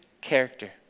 character